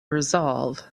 resolve